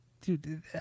Dude